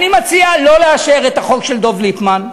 אני מציע לא לאשר את החוק של דב ליפמן,